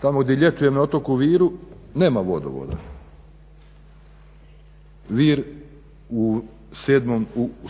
tamo gdje ljetujem na otoku Viru nema vodovoda. Vir u